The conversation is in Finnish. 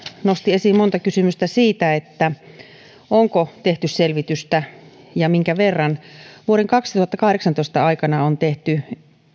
nosti esiin monta kysymystä siitä onko tehty selvitystä ja minkä verran vuoden kaksituhattakahdeksantoista aikana on tehty